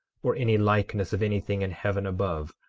or any likeness of any thing in heaven above,